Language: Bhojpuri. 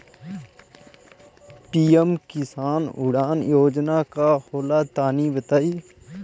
पी.एम कृषि उड़ान योजना का होला तनि बताई?